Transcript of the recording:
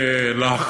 אל תיתן רעיונות.